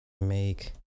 make